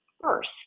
first